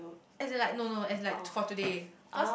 as in like no no as in like to~ for today cause